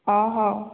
ହଁ ହଉ